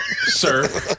Sir